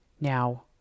Now